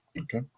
Okay